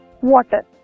water